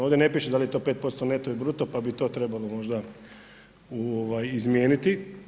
Ovdje ne piše da li je to 5% neto ili bruto, pa bi to trebalo možda izmijeniti.